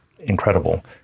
incredible